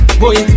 boy